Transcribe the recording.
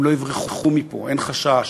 הם לא יברחו מפה, אין חשש.